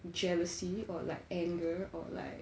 jealousy or like anger or like